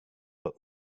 but